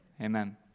amen